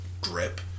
grip